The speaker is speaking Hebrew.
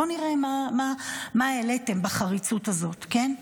בואו נראה מה העליתם בחריצות הזאת, כן?